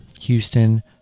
Houston